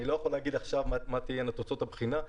אני לא יכול להגיד עכשיו מה תהיינה תוצאות הבחינה,